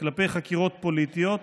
כלפי חקירות פוליטיות.